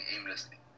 aimlessly